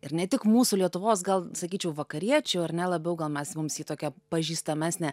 ir ne tik mūsų lietuvos gal sakyčiau vakariečių ar ne labiau gal mes mums į tokią pažįstamesnę